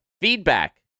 Feedback